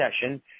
session –